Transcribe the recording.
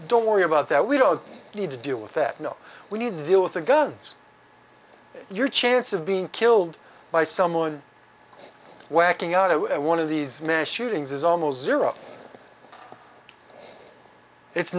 don't worry about that we don't need to deal with that no we need to deal with the guns your chance of being killed by someone whacking out one of these mass shootings is almost zero it's